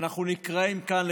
שאנחנו נקראים לכאן,